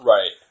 Right